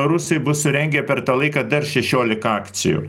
rusai bus surengę per tą laiką dar šešiolika akcijų